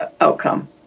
outcome